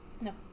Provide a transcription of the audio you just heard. No